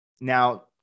Now